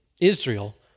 Israel